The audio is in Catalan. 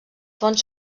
fonts